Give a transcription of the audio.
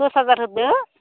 दस हाजार होदो